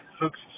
Hooks